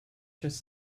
just